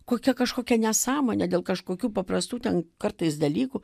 kokia kažkokia nesąmonė dėl kažkokių paprastų ten kartais dalykų